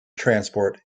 transport